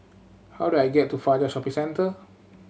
how do I get to Fajar Shopping Centre